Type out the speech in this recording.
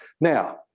Now